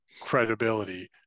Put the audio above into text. credibility